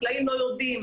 החקלאים לא יודעים,